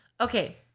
Okay